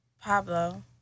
Pablo